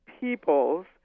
peoples